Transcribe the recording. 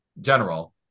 general